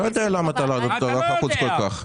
לא יודע למה אתה לחוץ כל כך.